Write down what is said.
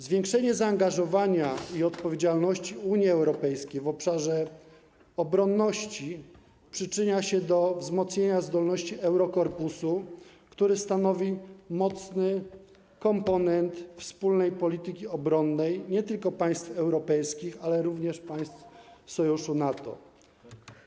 Zwiększenie zaangażowania i odpowiedzialności Unii Europejskiej w obszarze obronności przyczynia się do wzmocnienia zdolności Eurokorpusu, który stanowi mocny komponent wspólnej polityki obronnej nie tylko państw europejskich, ale również państw Sojuszu, NATO.